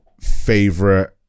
favorite